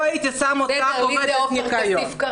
לא הייתי שם אותך עובדת ניקיון.